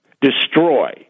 destroy